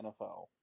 NFL